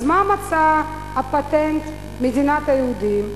אז מה פטנט מצאה מדינת היהודים?